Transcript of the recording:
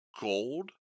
gold